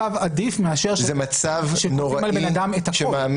ברור שזה מצב עדיף מאשר --- על בן אדם את הכול.